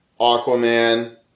Aquaman